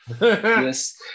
Yes